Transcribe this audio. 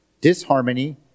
disharmony